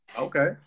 Okay